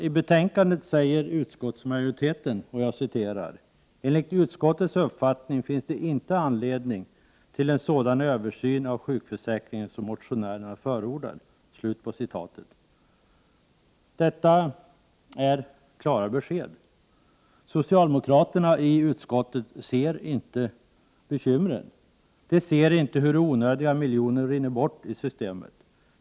I betänkandet säger utskottsmajoriteten: ”Enligt utskottets uppfattning finns det inte anledning till en sådan översyn av sjukförsäkringen som motionärerna förordar.” Detta är klara besked. Socialdemokraterna i utskottet ser inte problemen. De ser inte hur onödiga miljoner rinner bort i systemet.